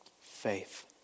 Faith